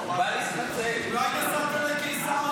אולי נסעת לקיסריה, להחזיק לראש הממשלה את היד.